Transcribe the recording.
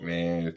Man